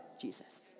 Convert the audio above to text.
Jesus